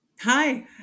Hi